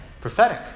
Prophetic